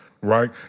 right